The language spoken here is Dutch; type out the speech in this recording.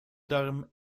darm